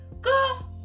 go